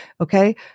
Okay